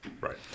Right